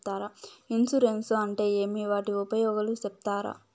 Insurance అంటే ఏమి? వాటి ఉపయోగాలు సెప్తారా?